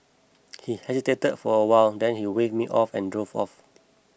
he hesitated for a while and then he waved me off and drove off